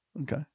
Okay